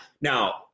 now